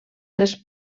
tres